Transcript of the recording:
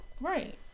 Right